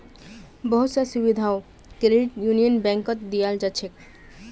बहुत स सुविधाओ क्रेडिट यूनियन बैंकत दीयाल जा छेक